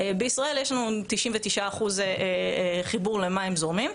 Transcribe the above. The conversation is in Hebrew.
בישראל יש לנו 99% חיבור למים זורמים,